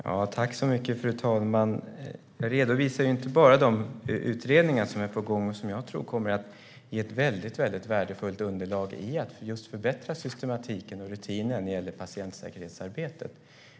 Fru talman! Jag redovisade inte bara de utredningar som är på gång och som jag tror kommer att ge ett väldigt värdefullt underlag för att förbättra systematiken och rutinerna när det gäller patientsäkerhetsarbetet.